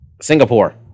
Singapore